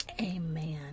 amen